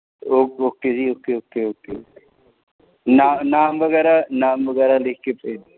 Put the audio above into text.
okay ਜੀ okay okay okay ਨਾਂ ਨਾਮ ਵਗੈਰਾ ਨਾਮ ਵਗੈਰਾ ਲਿਖ ਕੇ ਭੇਜ ਦਿਉ